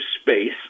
space